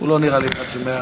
הוא לא נראה לי אחד שמהרהר.